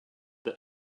that